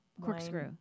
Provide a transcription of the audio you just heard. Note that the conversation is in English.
corkscrew